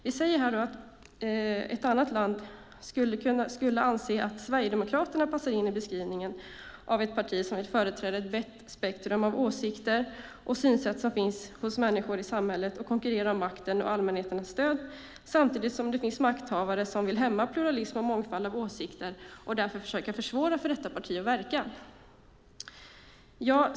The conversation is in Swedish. Vi säger här att ett annat land skulle anse att Sverigedemokraterna passar in i beskrivningen av ett parti som vill företräda ett brett spektrum av åsikter och synsätt som finns hos människor i samhället och som vill konkurrera om makten och allmänhetens stöd - detta samtidigt som det finns makthavare som vill hämma pluralism och mångfald av åsikter och därför försöker försvåra för detta parti att verka.